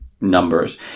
numbers